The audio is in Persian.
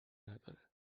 نداره